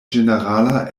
ĝenerala